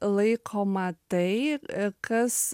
laikoma tai kas